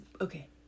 okay